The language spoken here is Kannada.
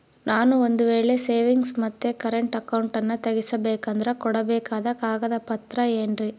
ನಾನು ಒಂದು ವೇಳೆ ಸೇವಿಂಗ್ಸ್ ಮತ್ತ ಕರೆಂಟ್ ಅಕೌಂಟನ್ನ ತೆಗಿಸಬೇಕಂದರ ಕೊಡಬೇಕಾದ ಕಾಗದ ಪತ್ರ ಏನ್ರಿ?